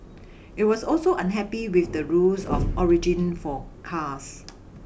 it was also unhappy with the rules of origin for cars